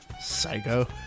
Psycho